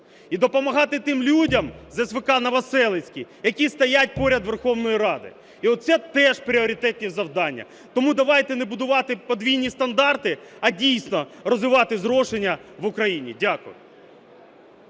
і допомагати тим людям з СВК "Новоселицький", які стоять поряд Верховної Ради. І от це теж пріоритетні завдання. Тому давайте не будувати подвійні стандарти, а дійсно розвивати зрошення в Україні. Дякую.